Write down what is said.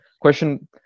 Question